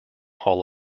hall